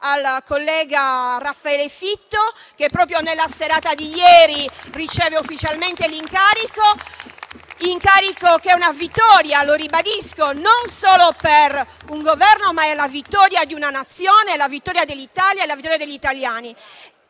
al collega Raffaele Fitto, che proprio nella serata di ieri ha ricevuto ufficialmente l'incarico. Questa è una vittoria - lo ribadisco - non solo per un Governo, ma è la vittoria di una Nazione, la vittoria dell'Italia, la vittoria degli italiani.